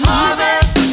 Harvest